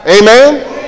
Amen